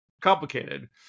complicated